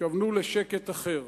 התכוונו לשקט אחר.